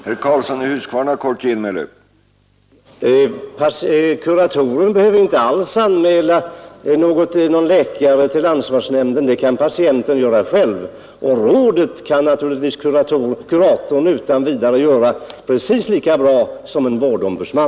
Herr talman! Kuratorn behöver inte alls anmäla någon läkare till ansvarsnämnden. Det kan patienten göra själv. Råden kan naturligtvis kuratorn utan vidare ge precis lika bra som en vårdombudsman.